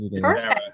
Perfect